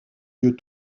lieux